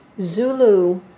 Zulu